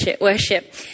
worship